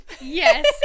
Yes